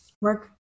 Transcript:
work